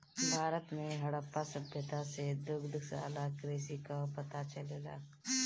भारत में हड़प्पा सभ्यता से दुग्धशाला कृषि कअ पता चलेला